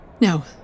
No